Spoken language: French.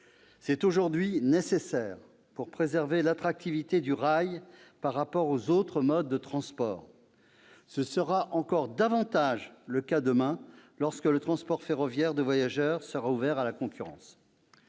C'est aujourd'hui nécessaire pour préserver l'attractivité du rail par rapport aux autres modes de transport. Ce sera encore davantage le cas demain, lorsque le transport ferroviaire de voyageurs sera ouvert à la concurrence.